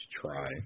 try